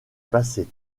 passé